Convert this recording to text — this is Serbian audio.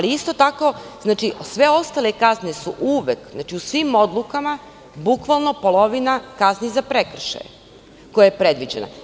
Isto tako, sve ostale kazne su uvek, znači u svim odlukama, bukvalno polovina kazni za prekršaje, koja je predviđena.